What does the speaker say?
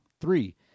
three